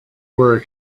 were